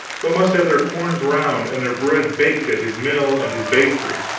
but must have their corn ground and their bread baked at his mill and his bakery,